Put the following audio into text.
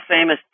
famous